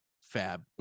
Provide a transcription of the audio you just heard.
Fab